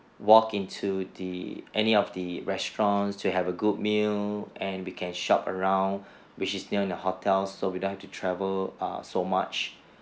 walk into the any of the restaurants to have a good meal and we can shop around which is near the hotel so we don't have to travel err so much